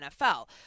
NFL